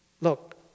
Look